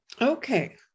okay